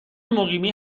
مقیمی